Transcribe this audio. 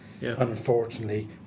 Unfortunately